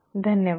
धन्यवाद